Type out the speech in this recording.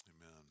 amen